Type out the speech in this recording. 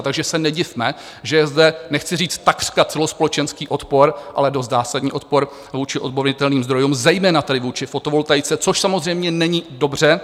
Takže se nedivme, že je zde nechci říct takřka celospolečenský odpor, ale dost zásadní odpor vůči obnovitelným zdrojům, zejména tedy vůči fotovoltaice, což samozřejmě není dobře.